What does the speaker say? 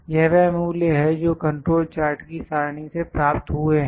यह वह मूल्य हैं जो कंट्रोल चार्ट की सारणी से प्राप्त हुए हैं